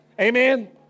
Amen